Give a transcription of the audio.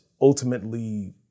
ultimately